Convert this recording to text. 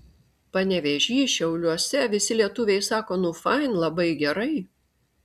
panevėžy šiauliuose visi lietuviai sako nu fain labai gerai